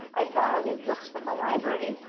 i'd borrow these books from the library,